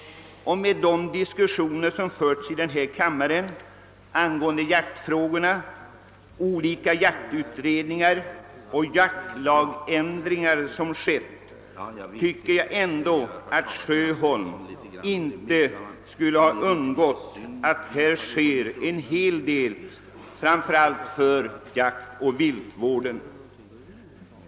Med tanke på de diskussioner som förts i denna kammare om jaktfrågor och olika jaktutredningar liksom också med tanke på de jaktlagsändringar som genomförts tycker jag ändå att herr Sjöholm inte skulle ha undgått att märka att det sker en hel del på detta område, framför allt beträffande jaktoch viltvården.